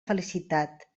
felicitat